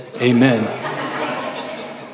amen